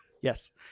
Yes